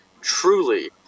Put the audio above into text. Truly